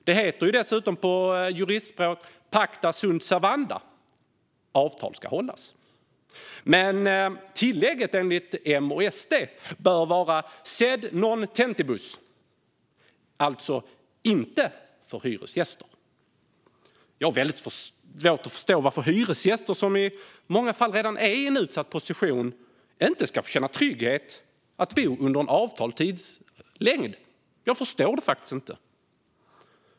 Det heter ju dessutom på juristspråk "pacta sunt servanda", avtal ska hållas. Men tillägget bör enligt M och SD vara "sed non tenentibus", inte för hyresgäster. Jag har väldigt svårt att förstå varför hyresgäster, som i många fall redan är i en utsatt position, inte ska få känna tryggheten att kunna bo kvar under en avtalstids längd. Jag förstår det faktiskt inte.